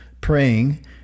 praying